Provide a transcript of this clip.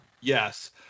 Yes